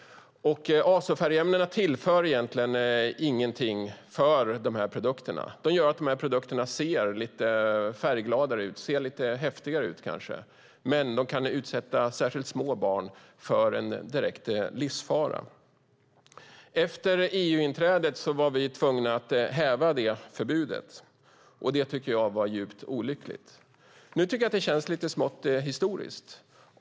Azofärgämnena tillför inte produkterna någonting. De gör att produkterna blir lite färggladare och kanske ser lite häftigare ut, men de kan utsätta små barn för direkt livsfara. Efter EU-inträdet var vi tvungna att häva förbudet. Det tycker jag var djupt olyckligt. Nu känns det lite smått historiskt.